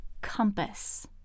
compass